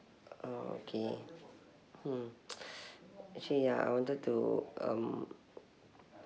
oh okay mm actually ya I wanted to um